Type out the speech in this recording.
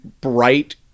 bright